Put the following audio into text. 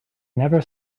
never